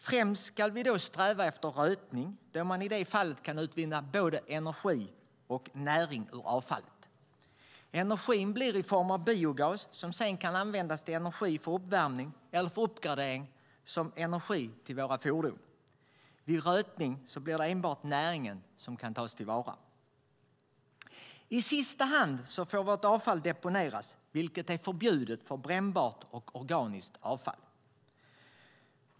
Främst ska vi sträva efter rötning då man i det fallet kan utvinna både energi och näring ur avfallet. Energin blir i form av biogas, som sedan kan användas som energi för uppvärmning eller, efter uppgradering, som energi till fordon. Vid rötning blir det enbart näringen som kan tas till vara. I sista hand får vårt avfall deponeras, vilket är förbjudet för brännbart och organiskt avfall.